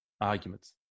arguments